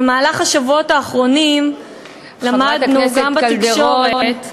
במהלך השבועות האחרונים למדנו גם בתקשורת,